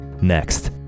Next